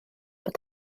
bod